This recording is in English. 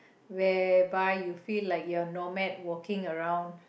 whereby you feel like you're nomad walking around